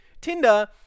Tinder